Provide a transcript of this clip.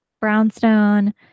brownstone